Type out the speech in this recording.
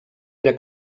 era